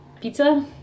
Pizza